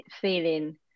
feeling